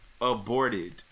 Aborted